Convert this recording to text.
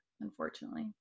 unfortunately